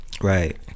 Right